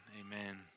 Amen